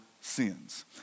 sins